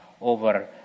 over